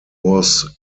was